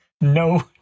no